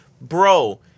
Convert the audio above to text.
bro